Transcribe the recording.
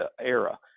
era